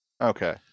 Okay